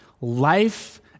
life